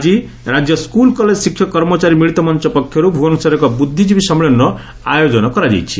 ଆକି ରାଜ୍ୟ school college ଶିକ୍ଷକ କର୍ମଚାରୀ ମିଳିତ ମଞ ପକ୍ଷର୍ ଭ୍ରବନେଶ୍ରରେ ଏକ ବୃଦ୍ଧିଜୀବୀ ସମ୍ମିଳନର ଆୟୋଜନ କରାଯାଇଛି